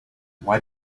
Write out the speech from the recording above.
why